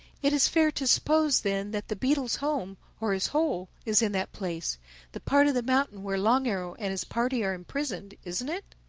it is fair to suppose then that the beetle's home, or his hole, is in that place the part of the mountain where long arrow and his party are imprisoned, isn't it?